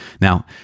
Now